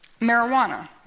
Marijuana